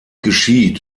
geschieht